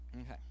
Okay